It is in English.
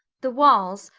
the walls,